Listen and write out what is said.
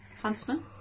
Huntsman